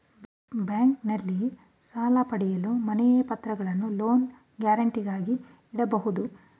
ಬ್ಯಾಂಕ್ನಲ್ಲಿ ಸಾಲ ಪಡೆಯಲು ಮನೆಯ ಪತ್ರಗಳನ್ನು ಲೋನ್ ಗ್ಯಾರಂಟಿಗಾಗಿ ಇಡಬಹುದು